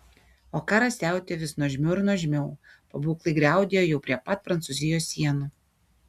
o karas siautėjo vis nuožmiau ir nuožmiau pabūklai griaudėjo jau prie pat prancūzijos sienų